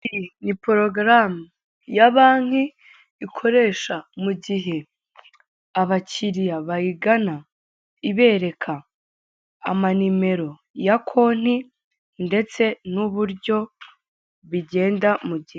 Iyi ni porogaramu ya banki ikoresha mu gihe abakiriya bayigana ibereka amanimero ya konti ndetse n'uburyo bigenda mugi...